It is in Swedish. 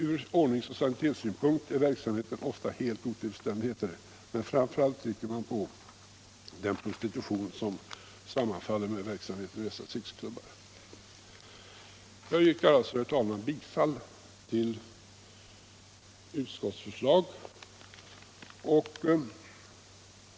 Från ordningsoch sanitetssynpunkt är verksamheten ofta helt otillständig, heter det vidare, men framför allt trycker man på den prostitution som sammanfaller med verksamheten i dessa sexklubbar. Jag yrkar alltså, herr talman, bifall till utskottets förstag.